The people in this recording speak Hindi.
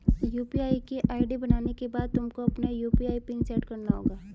यू.पी.आई की आई.डी बनाने के बाद तुमको अपना यू.पी.आई पिन सैट करना होगा